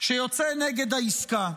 שיוצא נגד העסקה.